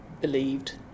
believed